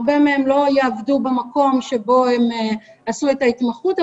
הרבה מהם לא יעבדו במקום שבו הם עשו את ההתמחות,